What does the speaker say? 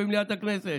במליאת הכנסת,